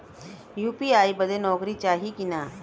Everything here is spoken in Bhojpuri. यू.पी.आई बदे नौकरी चाही की ना?